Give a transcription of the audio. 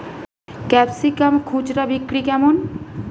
Capsicum খুচরা বিক্রি কেমন?